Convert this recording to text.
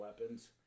weapons